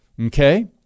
Okay